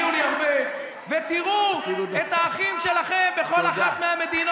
תצעקו, כי אתם יודעים שאני אומר אמת.